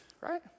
right